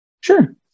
Sure